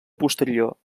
posterior